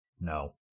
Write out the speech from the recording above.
No